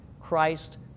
Christ